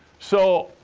so,